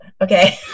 Okay